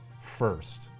first